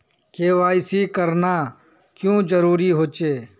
KYC करना क्याँ जरुरी होचे?